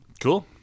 Cool